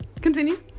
Continue